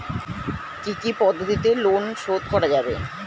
কি কি পদ্ধতিতে লোন শোধ করা যাবে?